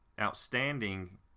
outstanding